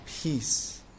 peace